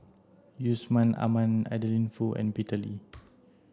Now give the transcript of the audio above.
Yusman Aman Adeline Foo and Peter Lee